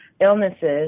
illnesses